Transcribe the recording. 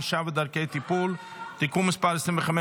ענישה ודרכי טיפול) (תיקון מס' 25,